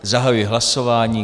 Zahajuji hlasování.